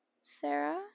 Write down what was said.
Sarah